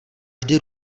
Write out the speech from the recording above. vždy